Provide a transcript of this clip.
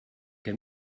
que